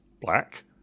black